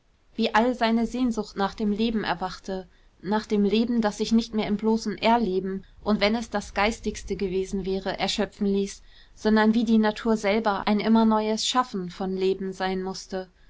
wie all seine sehnsucht nach dem leben erwachte nach dem leben das sich nicht mehr in bloßem erleben und wenn es das geistigste gewesen wäre erschöpfen ließ sondern wie die natur selber ein immer neues schaffen von leben sein mußte